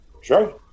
Sure